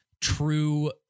True